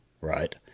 right